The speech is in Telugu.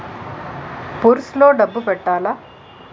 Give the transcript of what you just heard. పుర్సె లో డబ్బులు పెట్టలా?